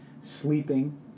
sleeping